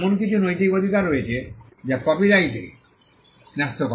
এমন কিছু নৈতিক অধিকারও রয়েছে যা কপিরাইটে ন্যস্ত করে